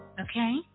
Okay